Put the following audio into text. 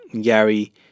Gary